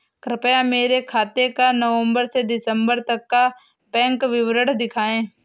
कृपया मेरे खाते का नवम्बर से दिसम्बर तक का बैंक विवरण दिखाएं?